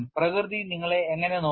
പ്രകൃതി നിങ്ങളെ എങ്ങനെ നോക്കി